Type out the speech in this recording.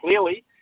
clearly